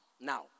now